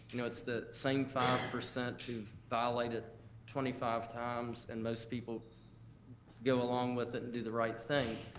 you know it's the same five percent who've violated twenty five times, and most people go along with and the the right thing,